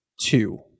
two